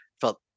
felt